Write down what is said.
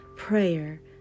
Prayer